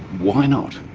why not?